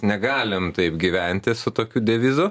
negalim taip gyventi su tokiu devizu